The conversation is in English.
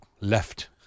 left